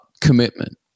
commitment